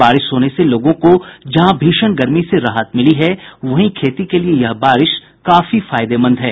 बारिश होने से लोगों को जहां भीषण गर्मी से राहत मिली है वहीं खेती के लिये यह बारिश काफी फायदेमंद है